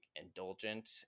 indulgent